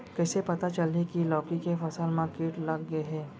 कइसे पता चलही की लौकी के फसल मा किट लग गे हे?